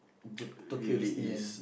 the Tokyo Disneyland